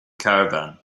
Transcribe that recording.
caravan